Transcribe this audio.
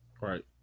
Right